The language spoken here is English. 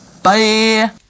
Bye